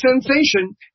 sensation